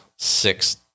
Six